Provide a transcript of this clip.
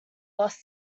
lost